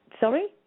Sorry